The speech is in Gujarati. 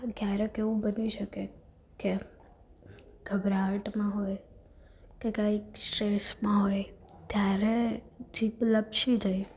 ક્યારેક એવું બની શકે કે ગભરાટમાં હોય કે કાંઈક સ્ટ્રેસમાં હોય ત્યારે જીભ લપસી જાય